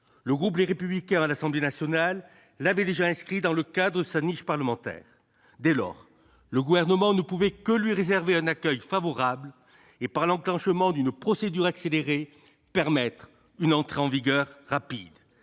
le groupe Les Républicains de l'Assemblée nationale avait déjà inscrit l'examen dans le cadre de sa niche parlementaire. Dès lors, le Gouvernement ne pouvait que réserver un accueil favorable à ce texte et, par l'enclenchement de la procédure accélérée, permettre son entrée en vigueur rapide.